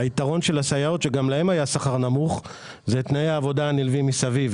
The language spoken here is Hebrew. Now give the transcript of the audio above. היתרון של הסייעות שגם להם היה שכר נמוך זה תנאי העבודה הנלווים מסביב.